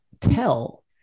tell